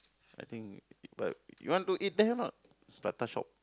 I think people you want to eat there not prata shop